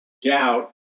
doubt